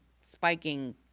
spiking